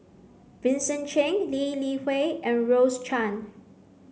Vincent Cheng Lee Li Hui and Rose Chan